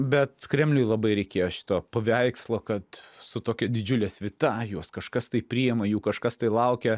bet kremliui labai reikėjo šito paveikslo kad su tokia didžiule svita juos kažkas tai priima jų kažkas tai laukia